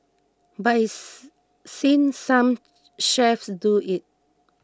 but he's seen some chefs do it